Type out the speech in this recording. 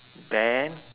then